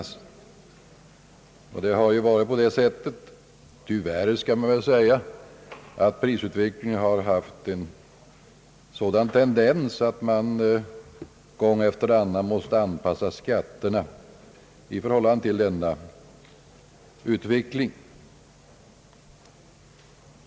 Det har ju varit på det sättet — tyvärr skall man väl säga — att prisutvecklingen har haft en sådan tendens att man gång efter annan måste anpassa skatterna i förhållande till denna utveckling.